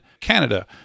Canada